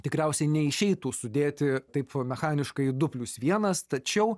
tikriausiai neišeitų sudėti taip mechaniškai du plius vienas tačiau